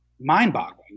mind-boggling